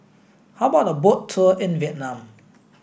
how about a boat tour in Vietnam